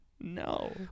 No